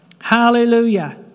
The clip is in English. Hallelujah